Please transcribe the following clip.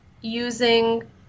using